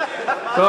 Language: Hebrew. טוב,